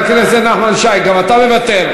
חבר הכנסת נחמן שי, גם אתה מוותר?